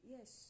Yes